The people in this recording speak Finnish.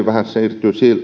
vähän